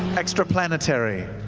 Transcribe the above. extra planetary.